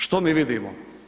Što mi vidimo?